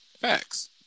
facts